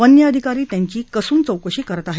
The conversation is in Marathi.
वन्य अधिकारी त्यांची कसून चौकशी करत आहेत